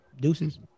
deuces